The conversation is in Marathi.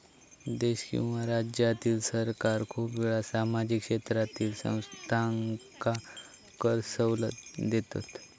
देश किंवा राज्यातील सरकार खूप वेळा सामाजिक क्षेत्रातील संस्थांका कर सवलत देतत